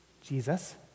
Jesus